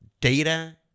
data